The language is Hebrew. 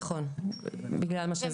נכון, בגלל מה שהסברתי.